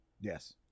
Yes